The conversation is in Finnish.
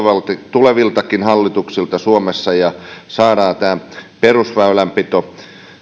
tuleviltakin hallituksilta suomessa ja saadaan perusväylänpito